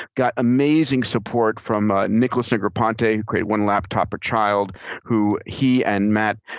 got amazing support from nicholas negroponte who created one laptop per child who he and mat